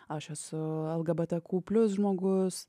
aš esu lgbtq plius žmogus